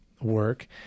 work